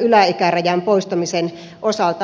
yläikärajan poistamisen osalta